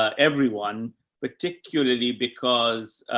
ah everyone particularly because,